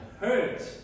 hurt